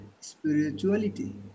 spirituality